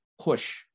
push